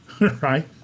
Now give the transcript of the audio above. right